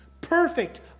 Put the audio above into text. Perfect